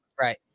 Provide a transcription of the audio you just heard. Right